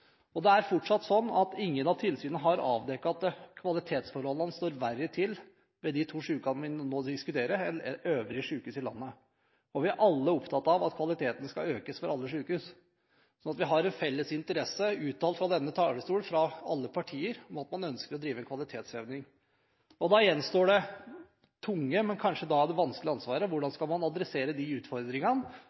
situasjonen. Det er fortsatt sånn at ingen av tilsynene har avdekket at kvalitetsforholdene er verre ved de to sykehusene vi nå diskuterer, enn ved øvrige sykehus i landet. Og vi er alle opptatt av at kvaliteten skal økes ved alle sykehus. Vi har en felles interesse uttalt fra denne talerstol, fra alle partier, om at man ønsker å drive kvalitetsheving. Da gjenstår det tunge og kanskje vanskelige ansvaret: Hvordan skal man adressere disse utfordringene? Slik jeg ser det, er de